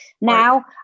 Now